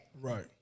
right